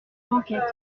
banquette